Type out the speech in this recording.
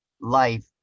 life